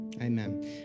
Amen